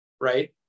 right